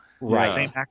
Right